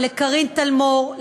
לקארין טלמור,